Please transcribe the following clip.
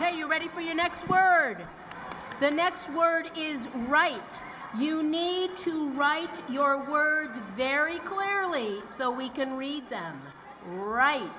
hey you ready for your next birthday the next word is right you need to write your words very clearly so we can read them right